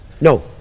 No